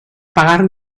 pagar